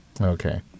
Okay